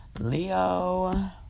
Leo